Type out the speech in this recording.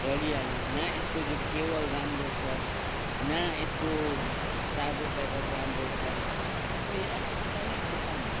जलिहाल्ने न यसको यो केबल राम्रो छ न यसको चार्जर ब्याकअप राम्रो छ यसको यो एकदमै खत्तम